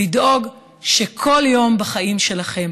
לדאוג שכל יום בחיים שלכם,